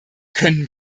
können